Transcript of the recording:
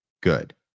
good